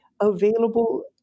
available